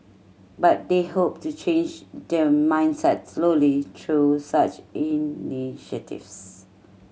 but they hope to change the mindset slowly through such initiatives